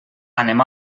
anem